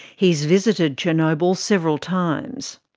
he's visited chernobyl several times.